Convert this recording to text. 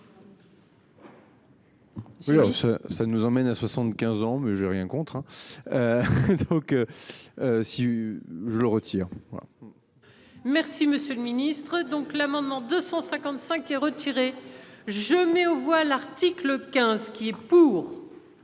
ça nous emmène à 75 ans mais j'ai rien contre hein. Donc. Si. Je le retire. Merci, monsieur le Ministre donc l'amendement 255 et retiré je mets aux voix l'article 15. Qui est pour.